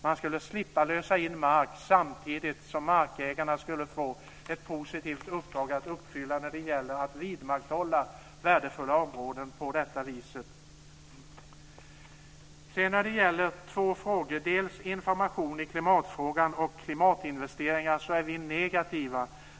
Man skulle slippa lösa in mark samtidigt som markägarna skulle få ett positivt uppdrag att uppfylla när det gäller att vidmakthålla värdefulla områden på detta vis. I två frågor, dels information i klimatfrågan, dels klimatinvesteringar, är vi negativa.